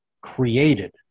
created